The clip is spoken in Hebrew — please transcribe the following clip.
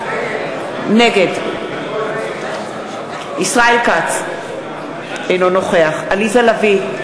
נגד ישראל כץ, אינו נוכח עליזה לביא,